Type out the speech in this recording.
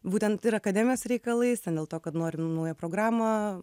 būtent ir akademijos reikalais ten dėl to kad norim naują programą